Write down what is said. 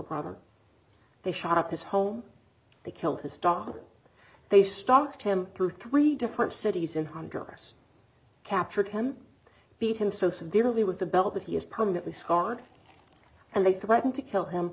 brother they shot up his home they kill his dog they stocked him through three different cities in honduras captured him beat him so severely with the belt that he is permanently scarred and they threaten to kill him